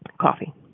Coffee